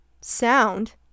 sound